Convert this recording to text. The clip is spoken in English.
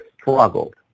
struggled